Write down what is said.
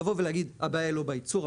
לבוא ולהגיד הבעיה היא לא בייצור,